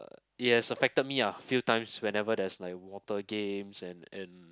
uh it has affected me ah few times whenever there's like water games and and